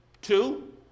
Two